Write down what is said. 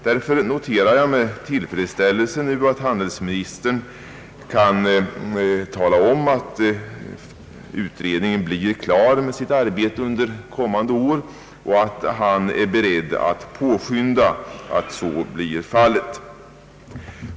Jag noterar därför nu med tillfredsställelse att handelsministern upplyst om att utredningen blir klar med sitt arbete under det kommande året och att han är beredd att påskynda arbetet så att det blir färdigt inom denna tid.